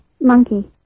Monkey